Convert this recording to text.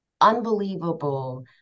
unbelievable